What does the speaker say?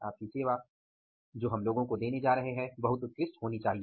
आपकी सेवा जो हम लोगों को देने जा रहे हैं बहुत उत्कृष्ट होनी चाहिए